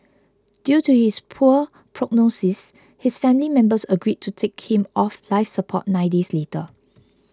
due to his poor prognosis his family members agreed to take him off life support nine days later